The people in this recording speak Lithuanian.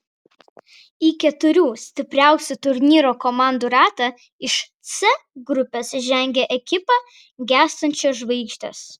į keturių stipriausių turnyro komandų ratą iš c grupės žengė ekipa gęstančios žvaigždės